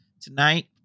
tonight